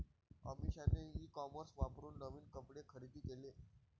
अमिषाने e commerce वापरून नवीन कपडे खरेदी केले